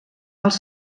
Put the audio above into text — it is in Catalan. els